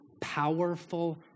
powerful